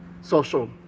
social